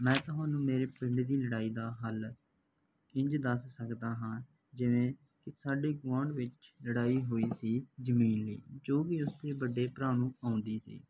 ਮੈਂ ਤੁਹਾਨੂੰ ਮੇਰੇ ਪਿੰਡ ਦੀ ਲੜਾਈ ਦਾ ਹੱਲ ਇੰਝ ਦੱਸ ਸਕਦਾ ਹਾਂ ਜਿਵੇਂ ਕਿ ਸਾਡੇ ਗੁਆਂਢ ਵਿੱਚ ਲੜਾਈ ਹੋਈ ਸੀ ਜ਼ਮੀਨ ਦੀ ਜੋ ਕਿ ਉਸਦੇ ਵੱਡੇ ਭਰਾ ਨੂੰ ਆਉਂਦੀ ਸੀ